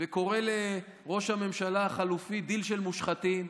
קורא לראש הממשלה החלופי: דיל של מושחתים,